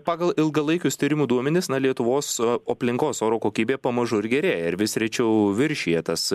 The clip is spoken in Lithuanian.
pagal ilgalaikius tyrimų duomenis na lietuvos aplinkos oro kokybė pamažu ir gerėja ir vis rečiau viršija tas